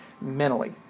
mentally